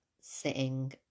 sitting